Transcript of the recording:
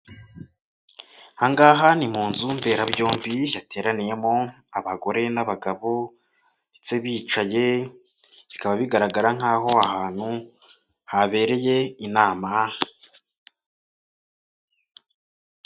Ahangaha ni mu nzu mberabyombi yateraniyemo abagore n'abagabo ndetse bicaye bikaba bigaragara nk'aho ahantu habereye inama.